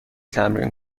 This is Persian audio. تمرین